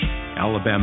Alabama